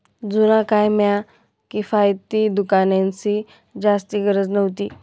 जुना काय म्हा किफायती दुकानेंसनी जास्ती गरज व्हती